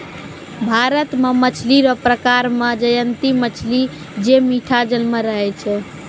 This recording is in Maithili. भारत मे मछली रो प्रकार मे जयंती मछली जे मीठा जल मे रहै छै